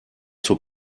zur